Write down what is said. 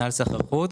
ממינהל סחר חוץ.